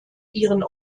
ihren